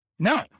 No